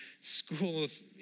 schools